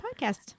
podcast